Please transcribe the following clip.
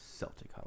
Celtic